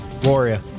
Gloria